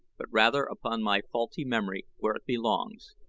but rather upon my faulty memory, where it belongs.